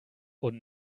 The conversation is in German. und